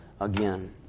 again